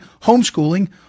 homeschooling